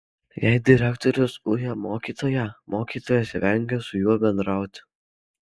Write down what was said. jei direktorius uja mokytoją mokytojas vengia su juo bendrauti